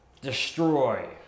Destroy